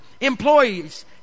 employees